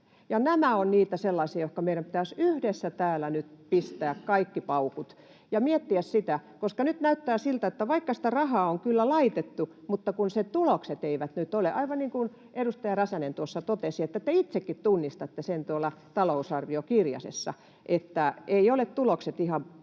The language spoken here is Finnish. Nämä ovat niitä sellaisia, joihin meidän pitäisi yhdessä täällä nyt pistää kaikki paukut ja miettiä, koska nyt näyttää siltä, että vaikka sitä rahaa on kyllä laitettu, niin niitä tuloksia ei nyt ole. Aivan niin kuin edustaja Räsänen tuossa totesi, te itsekin tunnistatte sen tuolla talousarviokirjasessa, että eivät ole tulokset ihan paikallansa.